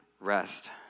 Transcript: rest